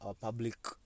public